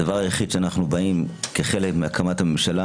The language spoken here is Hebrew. הדבר היחיד שאנחנו באים כחלק מהקמת הממשלה